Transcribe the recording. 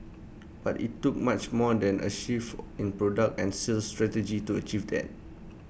but IT took much more than A shift in product and sales strategy to achieve that